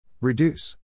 Reduce